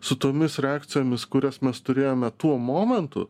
su tomis reakcijomis kurias mes turėjome tuo momentu